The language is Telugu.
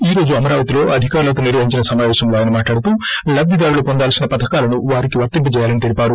ఈ రోజు అమరావతిలో అధికారులతో నిర్వహించిన సమావేశంలో ఆయన మాట్లాడుతూ లబ్లిదారులు పొందాల్సిన పథకాలను వారికి వర్తింపజేయాలని తెలిపారు